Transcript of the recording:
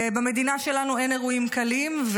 במדינה שלנו אין אירועים קלים,